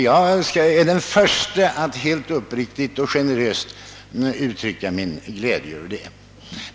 Jag är den förste att helt uppriktigt och generöst uttrycka min glädje över det.